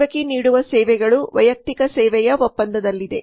ಸೇವಕಿ ನೀಡುವ ಸೇವೆಗಳು ವೈಯಕ್ತಿಕ ಸೇವೆಯ ಒಪ್ಪಂದದಲ್ಲಿದೆ